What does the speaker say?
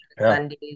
Sundays